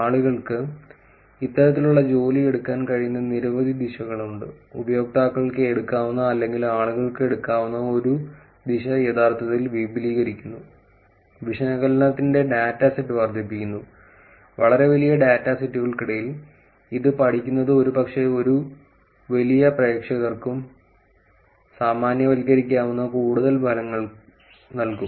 ആളുകൾക്ക് ഇത്തരത്തിലുള്ള ജോലി എടുക്കാൻ കഴിയുന്ന നിരവധി ദിശകളുണ്ട് ഉപയോക്താക്കൾക്ക് എടുക്കാവുന്ന അല്ലെങ്കിൽ ആളുകൾക്ക് എടുക്കാവുന്ന ഒരു ദിശ യഥാർത്ഥത്തിൽ വിപുലീകരിക്കുന്നു വിശകലനത്തിന്റെ ഡാറ്റ സെറ്റ് വർദ്ധിപ്പിക്കുന്നു വളരെ വലിയ ഡാറ്റാ സെറ്റുകൾക്കിടയിൽ ഇത് പഠിക്കുന്നത് ഒരുപക്ഷേ ഒരു വലിയ പ്രേക്ഷകർക്കും സാമാന്യവൽക്കരിക്കാവുന്ന കൂടുതൽ ഫലങ്ങൾ നൽകും